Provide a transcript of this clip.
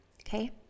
Okay